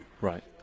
Right